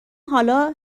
حالا